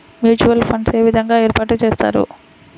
Mutual funds ఏ విధంగా ఏర్పాటు చేస్తారు?